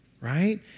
right